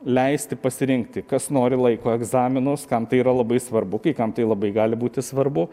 leisti pasirinkti kas nori laiko egzaminus kam tai yra labai svarbu kai kam tai labai gali būti svarbu